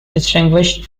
distinguished